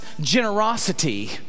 generosity